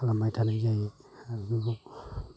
खालामबाय थानाय जायो आरोबाव